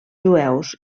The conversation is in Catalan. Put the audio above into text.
jueus